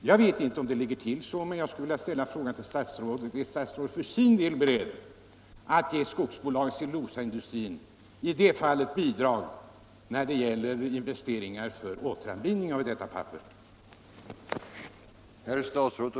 Jag vet inte om det ligger till så, men jag skulle vilja ställa frågan till jordbruksministern: Är statsrådet för sin del beredd att ge skogsbolagen och cellulosaindustrin bidrag till investeringar för återvinning av insamlat returpapper?